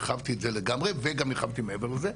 הרחבתי את זה לגמרי וגם הרחבתי מעבר לזה.